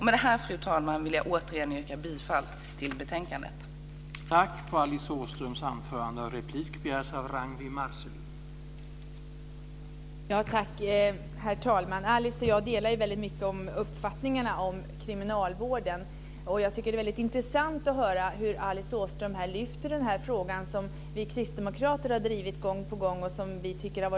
Med detta, herr talman, yrkar jag åter bifall till utskottets förslag.